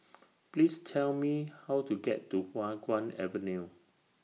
Please Tell Me How to get to Hua Guan Avenue